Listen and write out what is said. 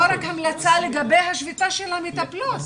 לא רק המלצה לגבי השביתה של המטפלות.